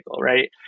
right